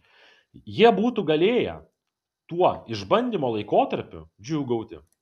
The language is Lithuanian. jie būtų galėję tuo išbandymo laikotarpiu džiūgauti